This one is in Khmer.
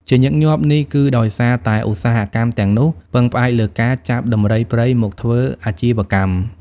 ជាញឹកញាប់ នេះគឺដោយសារតែឧស្សាហកម្មទាំងនោះពឹងផ្អែកលើការចាប់ដំរីព្រៃមកធ្វើអាជីវកម្ម។